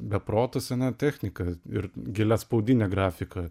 be proto sena technika ir giliaspaudinė grafika